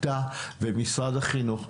אתה ומשרד החינוך,